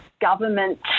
government